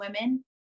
women